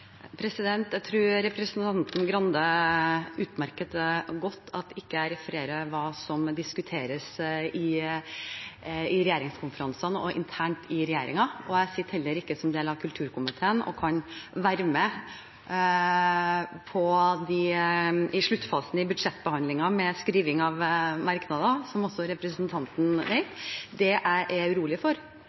Jeg tror representanten Grande utmerket godt vet at jeg ikke refererer hva som diskuteres i regjeringskonferansene og internt i regjeringen. Jeg sitter heller ikke i kulturkomiteen og kan være med i sluttfasen av budsjettbehandlingen med skriving av merknader, som også representanten vet. Det jeg er urolig for, er det forslaget som Senterpartiet nå kommer med, etter å ha vært en ivrig forkjemper for